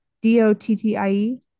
d-o-t-t-i-e